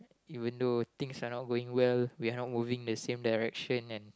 even though things are not going well we are not moving the same direction and